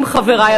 חברי,